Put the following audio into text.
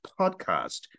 podcast